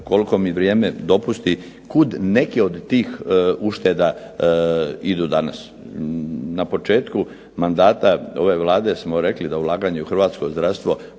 koliko mi vrijeme dopusti, kud neke od tih ušteda idu danas. Na početku mandata ove Vlade smo rekli da ulaganje u hrvatsko zdravstvo,